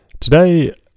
today